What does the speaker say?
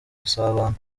gusabana